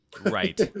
Right